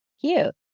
Cute